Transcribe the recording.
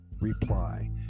reply